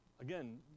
again